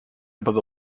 above